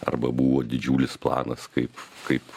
arba buvo didžiulis planas kaip kaip